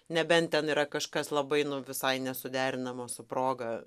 nebent ten yra kažkas labai nu visai nesuderinamo su proga